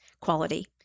quality